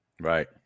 Right